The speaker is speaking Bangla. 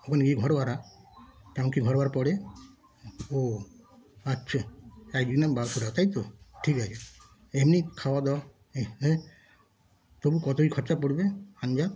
ওখানে গিয়ে ঘর ভাড়া কেমন কী ঘর ভাড়া পড়ে ও আচ্ছা এক দিনের বারোশো টাকা তাই তো ঠিক আছে এমনি খাওয়া দাওয়া হুম হ্যাঁ তবু কত কী খরচা পড়বে আন্দাজ